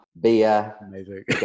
beer